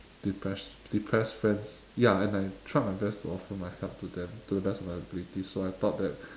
depressed depressed friends ya and I tried my best to offer my help to them to the best of my abilities so I thought that